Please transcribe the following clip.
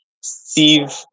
steve